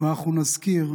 ואנחנו נזכיר,